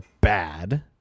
bad